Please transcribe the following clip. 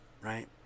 right